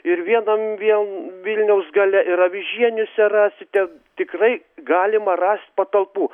ir vienam vėl vilniaus gale ir avižieniuose rasite tikrai galima rast patalpų